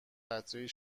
قطرهای